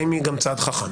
האם היא גם צעד חכם.